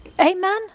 Amen